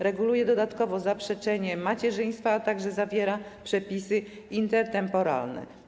Reguluje on dodatkowo zaprzeczenie macierzyństwa, a także zawiera przepisy intertemporalne.